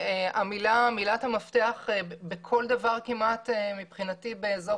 מילת המפתח בכל דבר כמעט מבחינתי באזור